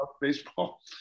baseball